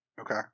Okay